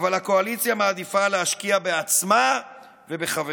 אבל הקואליציה מעדיפה להשקיע בעצמה ובחבריה.